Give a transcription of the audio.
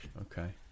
okay